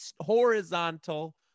horizontal